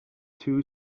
two